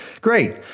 Great